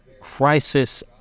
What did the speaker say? crisis